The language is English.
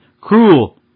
cruel